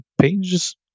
pages